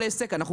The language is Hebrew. זה לא מוגבל.